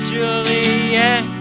Juliet